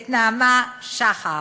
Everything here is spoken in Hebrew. את נעמה שחר,